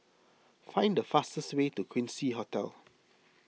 find the fastest way to Quincy Hotel